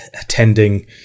attending